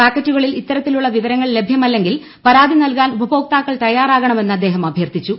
പാക്കറ്റുകളിൽ ഇത്തരത്തിലുള്ള വിവരങ്ങൾ ലഭ്യമല്ലെങ്കിൽ പരാതി നൽകാൻ ഉപഭോക്താക്കൾ തയ്യാറാകണമെന്ന് അദ്ദേഹം അഭ്യർത്ഥിച്ചു